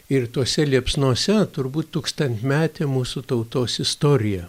ir tose liepsnose turbūt tūkstantmetė mūsų tautos istorija